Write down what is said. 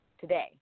today